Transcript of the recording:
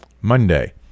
Monday